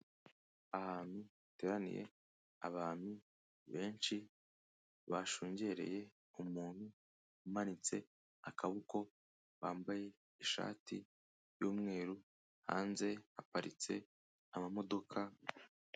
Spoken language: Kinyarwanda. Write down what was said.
Ahantu hateraniye abantu benshi bashungereye umuntu umanitse akaboko, bambaye ishati y'umweru hanze haparitse amamodoka.